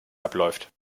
abläuft